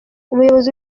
umuyobozi